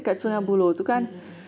mm mm mm mm